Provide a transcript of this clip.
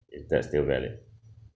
that's still valid